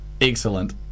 Excellent